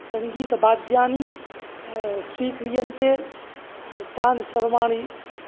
सङ्गीतवाद्यानि स्वीक्रियन्ते तानि सर्वाणि